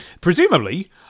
presumably